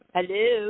Hello